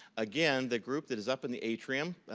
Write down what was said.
again, the group that is up in the atrium.